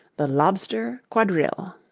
the lobster quadrille